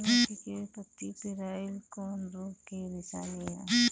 लौकी के पत्ति पियराईल कौन रोग के निशानि ह?